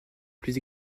plus